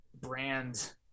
brand